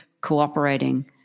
cooperating